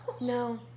No